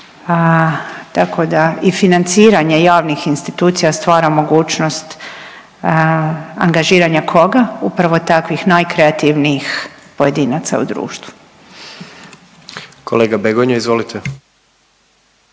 tako da i financiranje javnih institucija stvara mogućnost angažiranja koga, upravo takvih najkreativnijih pojedinaca u društvu. **Jandroković,